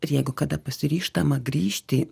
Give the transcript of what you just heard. ir jeigu kada pasiryžtama grįžti